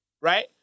right